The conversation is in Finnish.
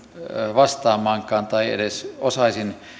vastaamaankaan tai edes osaisin